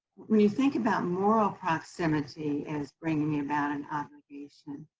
when you think about moral proximity as bringing about an obligation,